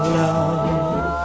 love